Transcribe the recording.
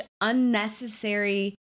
unnecessary